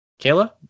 Kayla